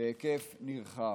בהיקף נרחב.